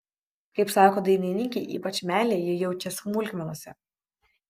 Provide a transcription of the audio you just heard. kaip sako dainininkė ypač meilę ji jaučia smulkmenose